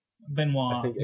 Benoit